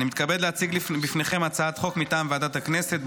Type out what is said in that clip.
אני מתכבד להציג בפניכם הצעת חוק מטעם ועדת הכנסת,